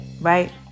right